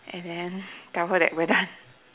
and then tell her that we're done